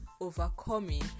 overcoming